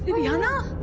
rihana